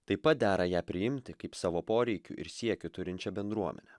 taip pat dera ją priimti kaip savo poreikių ir siekių turinčią bendruomenę